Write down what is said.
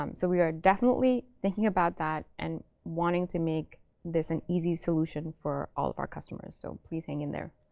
um so we are definitely thinking about that and wanting to make this an easy solution for all of our customers. so please hang in there.